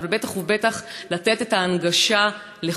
אבל בטח ובטח לתת את ההנגשה לכולם.